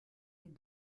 les